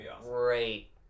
great